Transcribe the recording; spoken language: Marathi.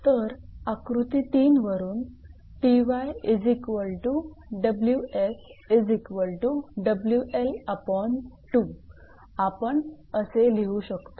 तर आकृती 3 वरून आपण असे लिहू शकतो